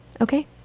Okay